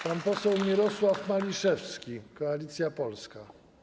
Pan poseł Mirosław Maliszewski, Koalicja Polska.